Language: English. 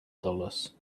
dollars